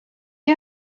you